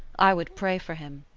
i would pray for him,